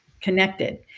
connected